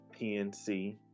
PNC